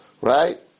right